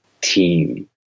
team